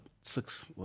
six